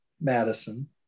Madison